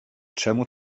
czemu